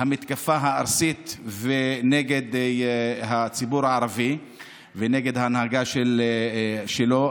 המתקפה הארסית נגד הציבור הערבי ונגד ההנהגה שלו,